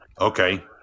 Okay